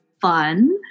fun